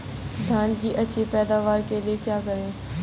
धान की अच्छी पैदावार के लिए क्या करें?